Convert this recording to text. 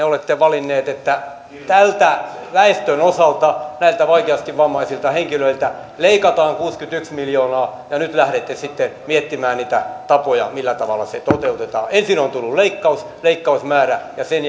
olette valinneet että tältä väestönosalta näiltä vaikeasti vammaisilta henkilöitä leikataan kuusikymmentäyksi miljoonaa ja nyt lähdette sitten miettimään niitä tapoja millä tavalla se toteutetaan ensin on tullut leikkausmäärä ja sen